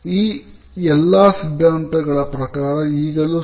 ಈ ಎಲ್ಲ ಸಿದ್ಧಾಂತಗಳ ಪ್ರಕಾರ ಈಗಲೂ ಸಿ